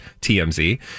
TMZ